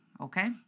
okay